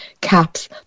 caps